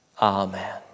Amen